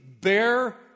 bear